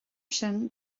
sin